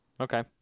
Okay